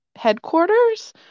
headquarters